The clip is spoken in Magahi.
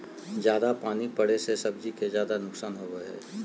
जयादा पानी पड़े से सब्जी के ज्यादा नुकसान होबो हइ